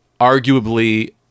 arguably